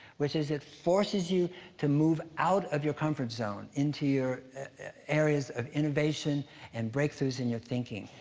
which is it forces you to move out of your comfort zone into your areas of innovation and breakthroughs in your thinking.